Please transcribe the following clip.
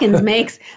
makes